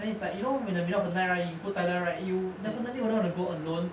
then it's like you know when in the middle of the night you go toilet right you definitely wouldn't want to go alone